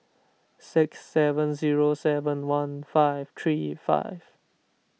six seven zero seven one five three five